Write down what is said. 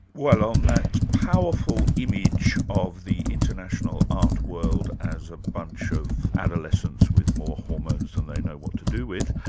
well on that powerful image of the international art world as a bunch of adolescents with more hormones than they know what to do with,